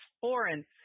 foreign